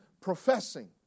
professing